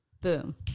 Boom